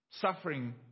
Suffering